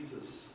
Jesus